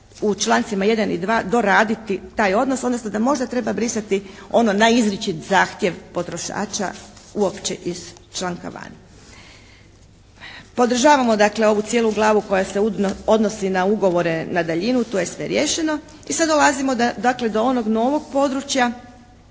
u člancima 1. i 2. doraditi taj odnos, odnosno da možda treba brisati ono na izričit zahtjev potrošača uopće iz članka van. Podržavamo dakle ovu cijelu glavu koja se odnosi na ugovore na daljinu, to je sve riješeno i sad dolazimo dakle do onog novog područja